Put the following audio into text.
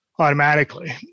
automatically